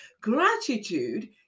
Gratitude